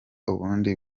ubundi